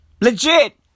Legit